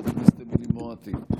חברת הכנסת אמילי מואטי,